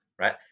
right